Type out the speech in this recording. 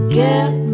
get